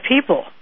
people